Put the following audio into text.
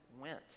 went